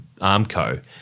Armco